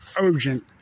urgent